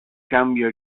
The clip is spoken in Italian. cambia